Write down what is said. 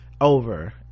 over